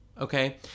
okay